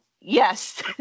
Yes